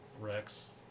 Rex